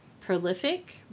prolific